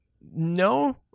no